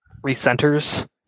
recenters